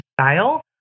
style